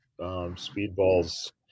speedballs